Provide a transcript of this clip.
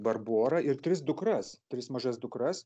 barborą ir tris dukras tris mažas dukras